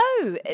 no